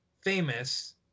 famous